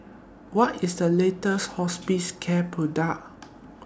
What IS The latest Hospicare Product